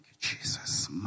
Jesus